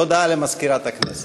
הודעה למזכירת הכנסת.